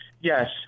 Yes